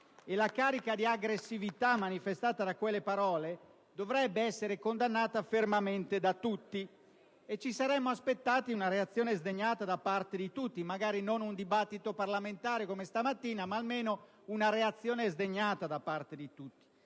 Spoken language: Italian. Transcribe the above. e la carica di aggressività manifestata da quelle parole dovrebbe essere condannata fermamente da tutti. Ci saremmo aspettati una reazione sdegnata da parte di tutti: magari non una discussione parlamentare come stamattina, ma almeno una reazione sdegnata. Nessuno